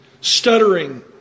stuttering